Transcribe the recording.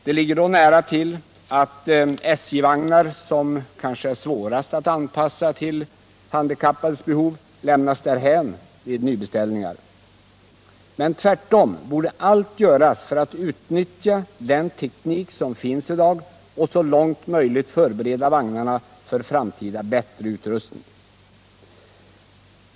Det ligger då nära till hands att anpassningen av SJ-vagnar, som kanske är de svåraste att anpassa till de handikappades behov, lämnas därhän vid nybeställningar. Men tvärtom borde allt göras för att utnyttja den teknik som finns i dag och så långt möjligt förbereda vagnarna för framtida bättre utrustning.